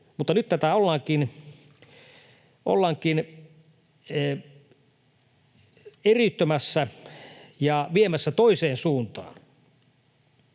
mutta nyt tätä ollaankin eriyttämässä ja viemässä toiseen suuntaan.